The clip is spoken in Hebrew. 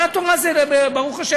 בהצעת החוק הזאת ומה המצב המשפטי,